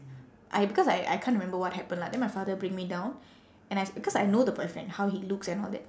I because I I can't remember what happen lah then my father bring me down and I because I know the boyfriend how he looks and all that